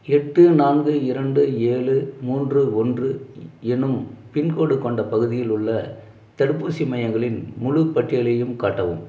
எட்டு நான்கு இரண்டு ஏழு மூன்று ஒன்று எனும் பின்கோட் கொண்ட பகுதியில் உள்ள தடுப்பூசி மையங்களின் முழுப் பட்டியலையும் காட்டவும்